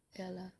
ya lah